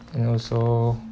and also